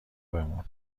بمون